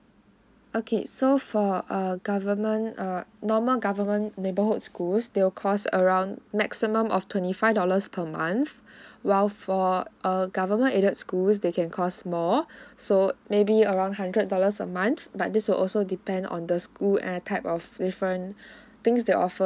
okay so for err government err normal government neighbourhood schools they will cost around maximum of twenty five dollars per month while for err government aided schools they can cost more so maybe around hundred dollars a month but these will also depend on the school and the type of different things they offer err the type of